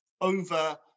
over